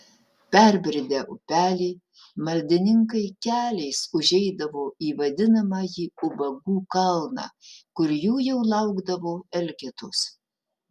perbridę upelį maldininkai keliais užeidavo į vadinamąjį ubagų kalną kur jų jau laukdavo elgetos